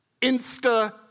insta